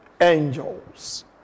angels